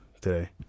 today